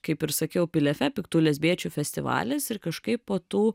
kaip ir sakiau pilefe piktų lesbiečių festivalis ir kažkaip po tų